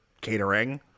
catering